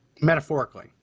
metaphorically